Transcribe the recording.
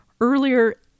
earlier